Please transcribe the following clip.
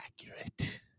accurate